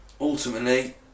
ultimately